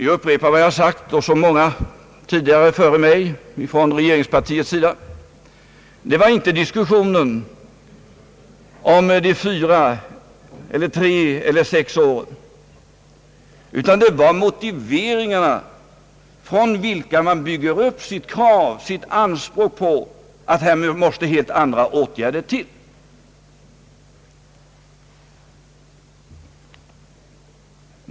Jag upprepar vad jag sagt och många före mig från regeringspartiets sida. Det var inte diskussionen om de fyra, tre eller sex åren, utan det var motiveringarna från vilka man bygger upp sitt krav, sitt anspråk på helt andra åtgärder.